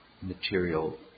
material